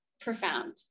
profound